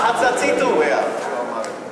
אדוני.